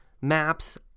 maps